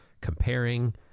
comparing